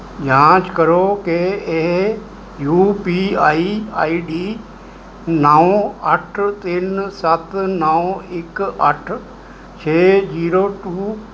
ਜਾਂਚ ਕਰੋ ਕਿ ਇਹ U P I I D ਨੌਂ ਅੱਠ ਤਿੰਨ ਸੱਤ ਨੌਂ ਇੱਕ ਅੱਠ ਛੇ ਜ਼ੀਰੋ ਟੂ